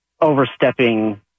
overstepping